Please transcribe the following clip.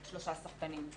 שלושה שנים,